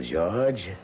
George